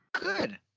Good